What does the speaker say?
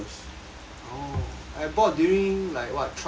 oh I bought during like what twelve twelve